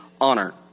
honor